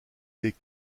des